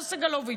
לא סגלוביץ',